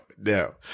No